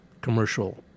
commercial